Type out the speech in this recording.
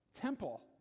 temple